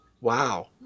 Wow